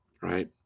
right